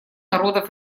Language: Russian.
народов